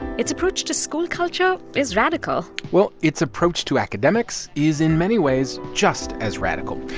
its approach to school culture is radical well, its approach to academics is, in many ways, just as radical.